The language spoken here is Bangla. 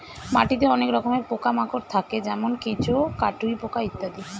মাটিতে অনেক রকমের পোকা মাকড় থাকে যেমন কেঁচো, কাটুই পোকা ইত্যাদি